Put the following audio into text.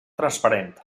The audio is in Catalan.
transparent